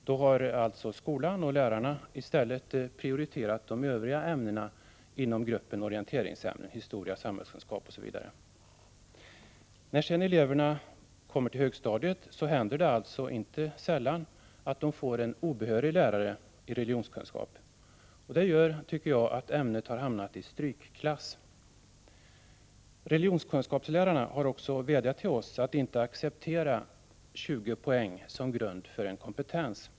Då har alltså skolan och lärarna i stället prioriterat de övriga ämnena inom gruppen orienteringsämnen — historia, samhällskunskap osv. När sedan eleverna kommer till högstadiet, händer det inte sällan att de får en obehörig lärare i religionskunskap. Det gör, tycker jag, att man måste säga att ämnet har hamnat i strykklass. Religionskunskapslärarna har vädjat till oss att inte acceptera 20 poäng som grund för kompetens.